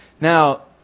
Now